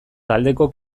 taldeko